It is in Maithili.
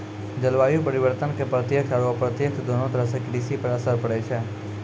जलवायु परिवर्तन के प्रत्यक्ष आरो अप्रत्यक्ष दोनों तरह सॅ कृषि पर असर पड़ै छै